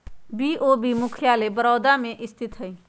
BOB के मुख्यालय बड़ोदरा में स्थित हइ